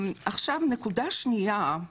נקודה שנייה.